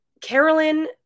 Carolyn